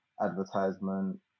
advertisement